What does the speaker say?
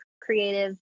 creative